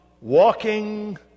walking